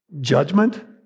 judgment